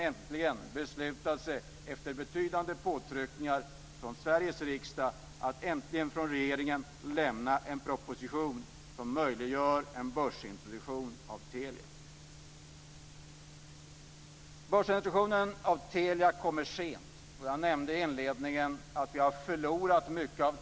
Regeringen beslutade sig äntligen - efter betydande påtryckningar från Sveriges riksdag - för att lägga fram en proposition som möjliggör en börsintroduktion av Telia. Börsintroduktionen av Telia kommer sent. Jag nämnde i inledningen att vi har förlorat mycket tid.